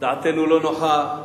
דעתנו לא נוחה,